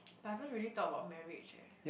but haven't really thought about marriage eh